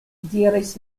diris